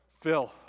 Phil